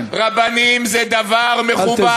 רבנים זה דבר מכובד.